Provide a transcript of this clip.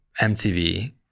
MTV